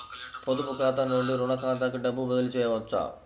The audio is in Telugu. పొదుపు ఖాతా నుండీ, రుణ ఖాతాకి డబ్బు బదిలీ చేయవచ్చా?